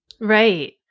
Right